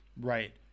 Right